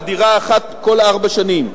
על דירה אחת כל ארבע שנים,